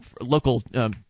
local